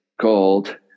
called